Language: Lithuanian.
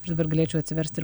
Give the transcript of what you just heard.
aš dabar galėčiau atsiverst ir